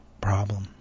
problem